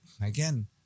Again